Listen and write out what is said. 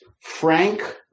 frank